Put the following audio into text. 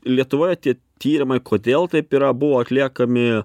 lietuvoj tie tyrimai kodėl taip yra buvo atliekami